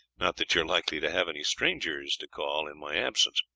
not that you are likely to have any strangers to call in my absence.